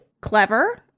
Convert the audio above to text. clever